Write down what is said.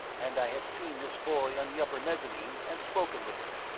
and i had seen this boy on the upper mezzanine and spoken with him.